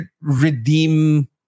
redeem